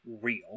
real